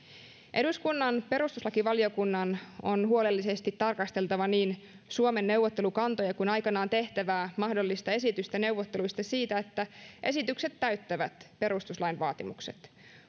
eduskunnan perustuslakivaliokunnan on tarkasteltava huolellisesti niin suomen neuvottelukantoja kuin aikanaan tehtävää mahdollista esitystä neuvotteluissa siitä että esitykset täyttävät perustuslain vaatimukset